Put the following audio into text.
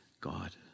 God